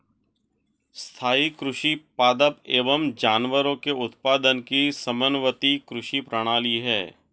स्थाईं कृषि पादप एवं जानवरों के उत्पादन की समन्वित कृषि प्रणाली है